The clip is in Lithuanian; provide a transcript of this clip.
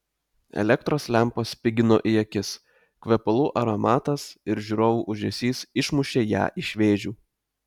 elektros lempos spigino į akis kvepalų aromatas ir žiūrovų ūžesys išmušė ją iš vėžių